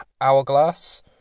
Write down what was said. Hourglass